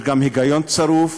יש גם היגיון צרוף.